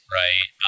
right